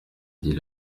dit